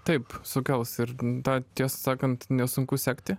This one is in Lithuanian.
taip sukels ir tą tiesą sakant nesunku sekti